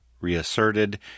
Reasserted